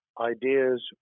ideas